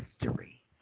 history